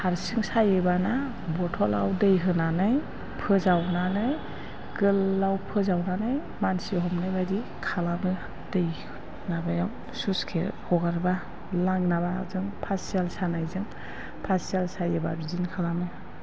हारसिं सायोबाना बटलाव दै होनानै फोजावनानै गोलाव फोजावनानै मानसि हमनाय बायदि खालामो दै माबायाव स्लुइस गेट हगारोबा माबाजों फासियाल सानायजों फासियाल सायोबा बिदिनो खालामो